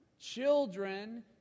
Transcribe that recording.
children